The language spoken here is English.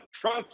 Trust